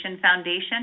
foundation